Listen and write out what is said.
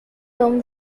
term